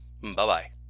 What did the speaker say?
Bye-bye